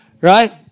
right